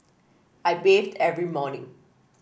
I bathe every morning